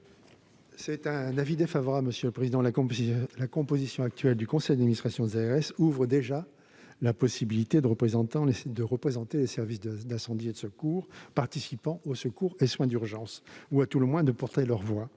des affaires sociales ? La composition actuelle du conseil d'administration des ARS ouvre déjà la possibilité de représenter les services d'incendie et de secours participant aux secours et soins d'urgence, ou, à tout le moins, de porter leur voix.